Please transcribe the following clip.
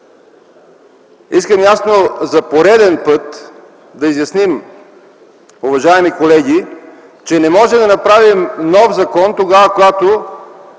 искам за пореден път да изясним, уважаеми колеги, че не може да направим нов закон тогава, когато